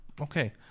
Okay